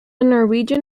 norwegian